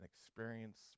experience